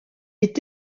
est